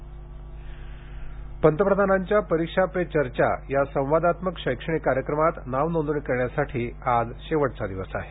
परीक्षा पे चर्चा पंतप्रधानांच्या परीक्षा पे चर्चा या संवादात्मक शैक्षणिक कार्यक्रमात नावनोंदणी करण्यासाठी आज शेवटचा दिवस आहे